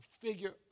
figure